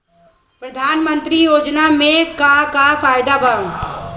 प्रधानमंत्री योजना मे का का फायदा बा?